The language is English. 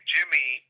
Jimmy